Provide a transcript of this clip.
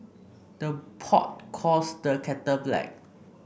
the pot calls the kettle black